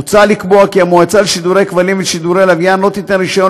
מוצע לקבוע כי המועצה לשידורי כבלים ולשידורי לוויין לא תיתן רישיון